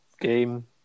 game